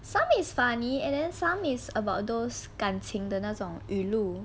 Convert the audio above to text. some is funny and then some is about those 感情的那种语录